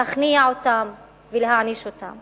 להכניע אותם ולהעניש אותם.